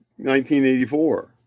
1984